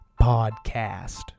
podcast